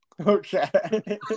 Okay